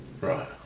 Right